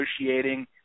negotiating